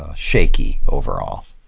ah shaky overall.